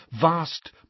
vast